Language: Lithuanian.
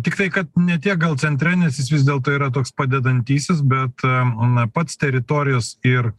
tik tai kad ne tiek gal centre nes jis vis dėlto yra toks padedantysis bet na pats teritorijos ir